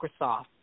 Microsoft